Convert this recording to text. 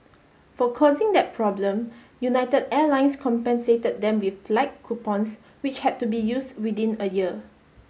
for causing that problem United Airlines compensated them with flight coupons which had to be used within a year